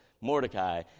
Mordecai